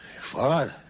Father